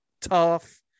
tough